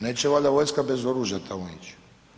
Neće valjda vojska bez oružja tamo ići.